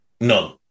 None